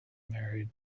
married